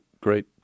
great